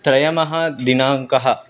त्रयः दिनाङ्कः